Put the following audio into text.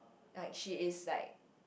like she is like